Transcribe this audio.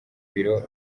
biro